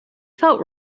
felt